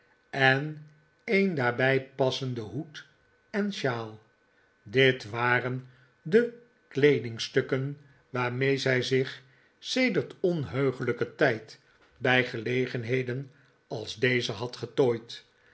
en een daarbij passenden hoed en shawl dit waren voorbereidselen voor de begrafenis de kleedingstukken waarmee zij zich sedert onheuglijken tijd bij gelegenheden als deze had getooid